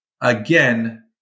again